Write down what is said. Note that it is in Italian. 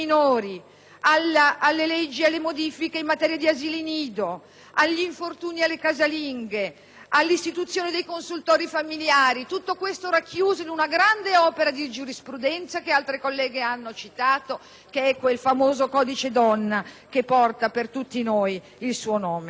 della tutela dei minori, quelli in materia di asili nido, di infortuni delle casalinghe e di istituzione dei consultori familiari. Tutto questo racchiuso in una grande opera di giurisprudenza che altre colleghe hanno citato, che è quel famoso "Codice Donna" che porta per tutti noi il suo nome.